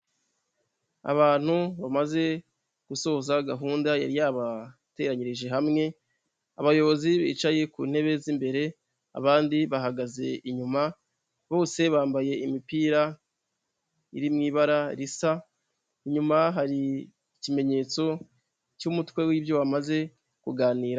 Abantu bamaze gusoza gahunda yari yabateranyirije hamwe, abayobozi bicaye ku ntebe z'imbere, abandi bahagaze inyuma bose bambaye imipira iri mu ibara risa, inyuma hari ikimenyetso cy'umutwe w'ibyo bamaze kuganira.